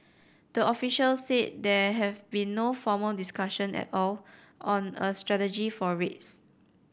the officials said there have been no formal discussion at all on a strategy for rates